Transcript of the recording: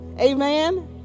Amen